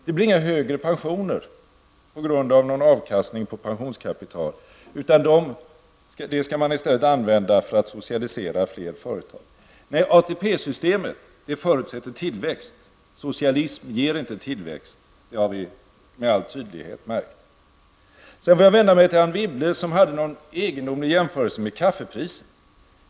Det blir inga högre pensioner på grund av avkastning av pensionskapitalet, utan detta skall i stället användas för att socialisera fler företag. ATP-systemet förutsätter tillväxt. Socialism ger inte tillväxt -- det har vi med all tydlighet märkt. Anne Wibble gjorde en egendomlig jämförelse med kaffepriset.